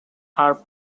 are